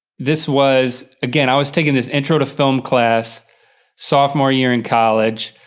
this was, again, i was taking this intro to film class sophomore year in college,